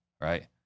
right